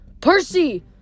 Percy